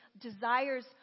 desires